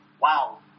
Wow